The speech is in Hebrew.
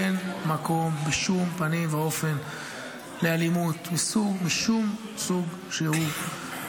אין מקום בשום פנים ואופן לאלימות משום סוג שהוא,